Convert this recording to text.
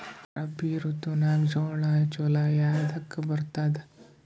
ರಾಬಿ ಋತುನಾಗ್ ಜೋಳ ಚಲೋ ಎದಕ ಬರತದ?